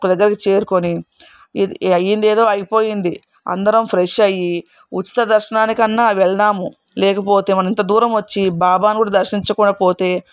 ఒక దగ్గరికి చేరుకొని అయ్యింది ఏదో అయిపోయింది అందరం ఫ్రెష్ అయ్యి ఉచిత దర్శనానికి అన్న వెళ్దాము లేకపోతే మనం ఇంత దూరం వచ్చి బాబాను కూడా దర్శించకుండా పోతే